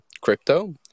crypto